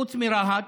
חוץ מרהט,